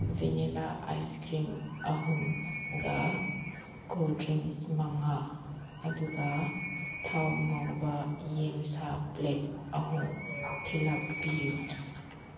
vanilla ice cream ꯑꯍꯨꯝꯒ cold drinks ꯃꯉꯥ ꯑꯗꯨꯒ ꯊꯥꯎ ꯉꯧꯕ ꯌꯦꯟꯁꯥ ꯄ꯭ꯂꯦꯠ ꯑꯍꯨꯝ ꯊꯤꯜꯂꯛꯄꯤꯌꯨ